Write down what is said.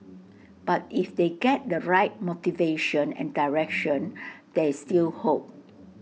but if they get the right motivation and direction there's still hope